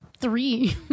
Three